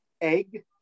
egg